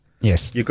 yes